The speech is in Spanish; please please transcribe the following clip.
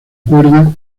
cuerdas